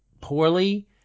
poorly